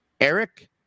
Eric